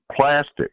plastic